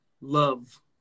love